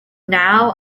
now